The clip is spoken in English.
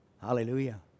Hallelujah